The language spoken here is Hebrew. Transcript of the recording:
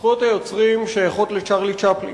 זכויות היוצרים שייכות לצ'רלי צ'פלין,